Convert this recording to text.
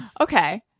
Okay